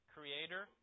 Creator